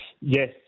Yes